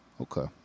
Okay